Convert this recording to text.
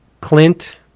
Clint